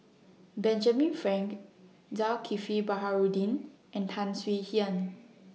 Benjamin Frank Zulkifli Baharudin and Tan Swie Hian